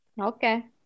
Okay